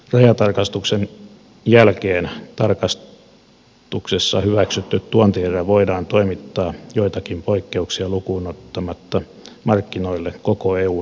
rajatarkastuksen jälkeen tarkastuksessa hyväksytty tuontierä voidaan toimittaa joitakin poikkeuksia lukuun ottamatta markkinoille koko eun alueella